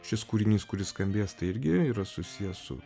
šis kūrinys kuris skambės tai irgi yra susijęs su